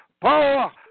Power